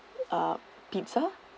uh pizza